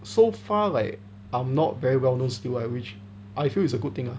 so far like I'm not very well known still I wish I feel it's a good thing lah